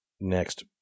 next